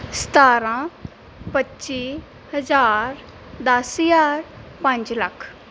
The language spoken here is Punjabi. ਸਤਾਰ੍ਹਾਂ ਪੱਚੀ ਹਜ਼ਾਰ ਦਸ ਹਜ਼ਾਰ ਪੰਜ ਲੱਖ